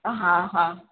હા હા